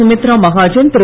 Sumitra Mahajan Thiru